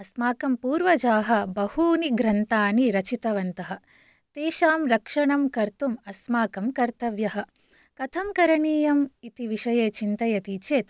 अस्माकं पूर्वजाः बहूनि ग्रन्थानि रचितवन्तः तेषां रक्षणं कर्तुम् अस्माकं कर्तव्यः कथं करणीयम् इति विषये चिन्तयति चेत्